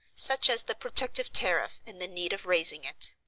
such as the protective tariff and the need of raising it,